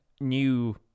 new